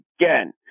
again